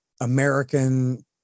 american